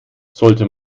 sollte